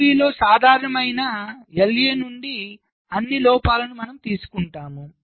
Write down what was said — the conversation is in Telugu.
LB లో సాధారణమైన LA నుండి అన్ని లోపాలను మనము తీసుకుంటాము